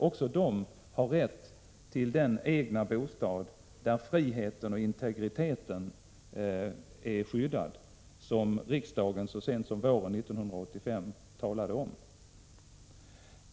Även de har rätt till den egna bostad med skydd för frihet och integritet som riksdagen så sent som våren 1985 talade om.